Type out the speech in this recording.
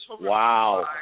Wow